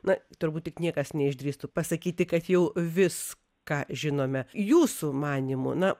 na turbūt tik niekas neišdrįstų pasakyti kad jau viską žinome jūsų manymu na